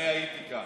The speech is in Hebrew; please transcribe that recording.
אני הייתי כאן.